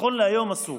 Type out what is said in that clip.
נכון להיום אסור.